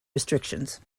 restrictions